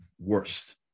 worst